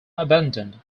abandoned